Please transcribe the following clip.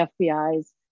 FBI's